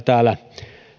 täällä